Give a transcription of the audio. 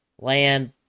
land